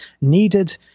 needed